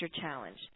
challenge